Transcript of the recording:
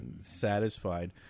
satisfied